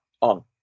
on